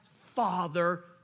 Father